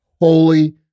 Holy